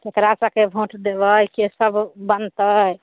केकरा सबके वोट देबै के सब बनतै